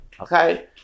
okay